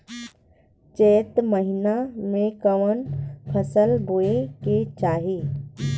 चैत महीना में कवन फशल बोए के चाही?